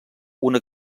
una